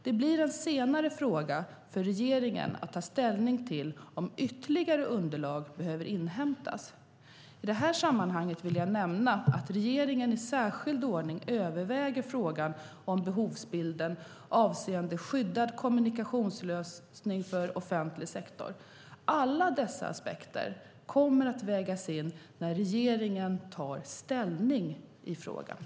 Det blir en senare fråga för regeringen att ta ställning till om ytterligare underlag behöver inhämtas. I det här sammanhanget vill jag nämna att regeringen i särskild ordning överväger frågan om behovsbilden avseende skyddad kommunikationslösning för offentlig sektor. Alla dessa aspekter kommer att vägas in när regeringen tar ställning i frågan.